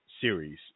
series